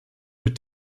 mit